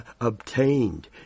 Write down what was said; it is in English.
obtained